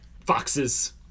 foxes